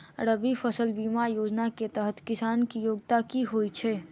रबी फसल बीमा योजना केँ तहत किसान की योग्यता की होइ छै?